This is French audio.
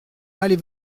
allez